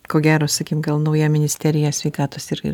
ko gero sakim gal nauja ministerija sveikatos irgi